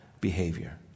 behavior